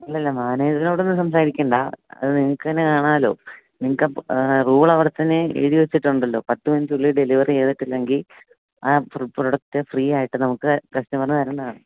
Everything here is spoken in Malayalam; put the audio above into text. അല്ലല്ലാ മാനേജറോടൊന്നും സംസാരിക്കേണ്ട അത് നിങ്ങള്ക്ക് തന്നെ കാണാമല്ലോ നിങ്ങള്ക്ക് റൂൾ അവിടെത്തന്നെ എഴുതിവെച്ചിട്ടുണ്ടല്ലോ പത്തു മിനിറ്റിനുള്ളില് ഡെലിവറി ചെയ്തിട്ടില്ലെങ്കില് ആ ഫുഡ് പ്രൊഡക്ട് ഫ്രീയായിട്ട് നമുക്ക് കസ്റ്റമറിന് തരേണ്ടതാണ്